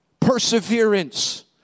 perseverance